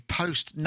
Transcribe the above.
post